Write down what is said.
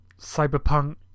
cyberpunk